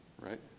right